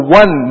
one